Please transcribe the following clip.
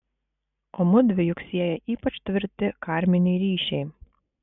o mudvi juk sieja ypač tvirti karminiai ryšiai